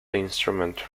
instrument